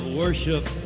worship